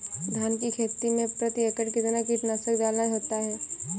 धान की खेती में प्रति एकड़ कितना कीटनाशक डालना होता है?